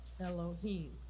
Elohim